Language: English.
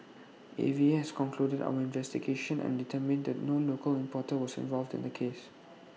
A V A has concluded our investigations and determined that no local importer was involved in the case